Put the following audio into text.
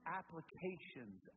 applications